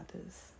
others